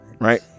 right